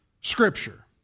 Scripture